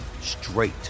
straight